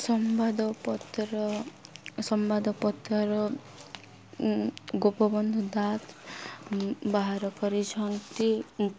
ସମ୍ବାଦପତ୍ର ସମ୍ବାଦ ପତ୍ର ଗୋପବନ୍ଧୁ ଦାସ ବାହାର କରିଛନ୍ତି